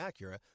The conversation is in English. Acura